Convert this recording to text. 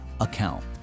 account